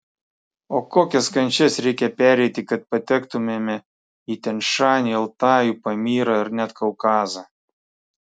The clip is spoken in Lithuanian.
o kokias kančias reikia pereiti kad patektumėme į tian šanį altajų pamyrą ar net kaukazą